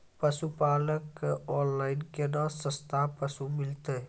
पशुपालक कऽ ऑनलाइन केना सस्ता पसु मिलतै?